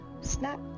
Snap